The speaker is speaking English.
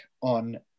on